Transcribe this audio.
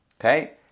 okay